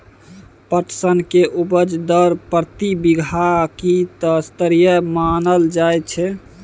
पटसन के उपज दर प्रति बीघा की स्तरीय मानल जायत छै?